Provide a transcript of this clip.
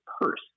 purse